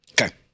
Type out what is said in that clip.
Okay